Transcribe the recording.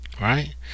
right